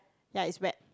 like it's wet